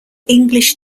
english